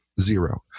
zero